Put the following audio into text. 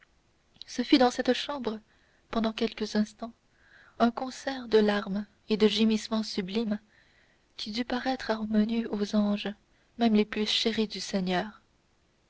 ce fut dans cette chambre pendant quelques instants un concert de larmes et de gémissements sublimes qui dut paraître harmonieux aux anges mêmes les plus chéris du seigneur